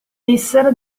essere